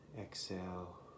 exhale